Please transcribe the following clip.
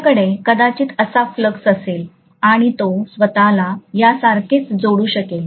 माझ्याकडे कदाचित असा फ्लक्स असेल आणि तो स्वतला यासारखेच जोडू शकेल